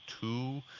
Two